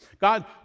God